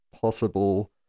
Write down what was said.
possible